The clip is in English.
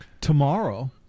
Tomorrow